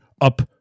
up